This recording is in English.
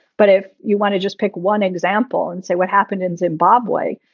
but if you want to just pick one example and say what happened in zimbabwe.